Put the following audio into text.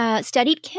studied